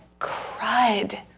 crud